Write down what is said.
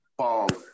baller